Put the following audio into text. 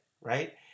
right